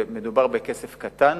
מדובר בכסף קטן